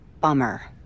Bummer